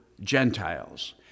Gentiles